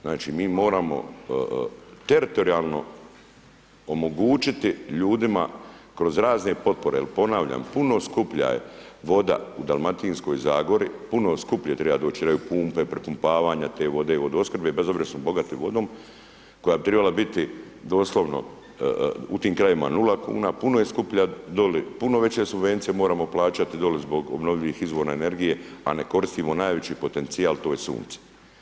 Znači, mi moramo teritorijalno omogućiti ljudima kroz razne potpore, jel ponavljam puno je skuplja voda u Dalmatinskoj zagori, puno skuplje triba … [[Govornik se ne razumije]] pumpe, prepumpavaje te vode od opskrbe bez obzira što smo bogati vodom koja bi tribala biti doslovno u tim krajevima 0,00 kn, puno je skuplja doli, puno veće subvencije moramo plaćati doli zbog obnovljivih izvora energije, a ne koristimo najveći potencijal, to je sunce.